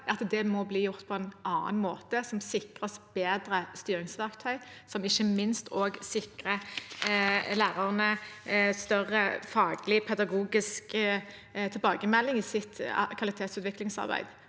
at det må bli gjort på en annen måte, som sikrer oss bedre styringsverktøy og ikke minst også sikrer lærerne større faglig, pedagogisk tilbakemelding i sitt kvalitetsutviklingsarbeid.